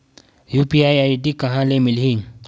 UPI ID कहां ले मिलही?